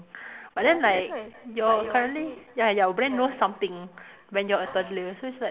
but then like your currently ya your brain knows something when you're a toddler so it's like